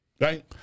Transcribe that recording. right